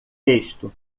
texto